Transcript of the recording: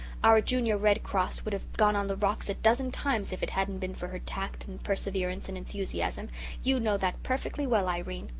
our junior red cross would have gone on the rocks a dozen times if it hadn't been for her tact and perseverance and enthusiasm you know that perfectly well, irene.